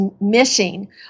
missing